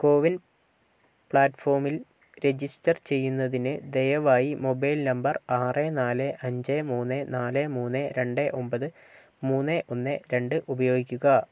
കോ win പ്ലാറ്റ്ഫോമിൽ register ചെയ്യുന്നതിന് ദയവായി മൊബൈൽ നമ്പർ ആറ് നാല് അഞ്ച് മൂന്ന് നാല് മൂന്ന് രണ്ട് ഒമ്പത് മൂന്ന് ഒന്ന് രണ്ട് ഉപയോഗിക്കുക